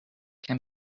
can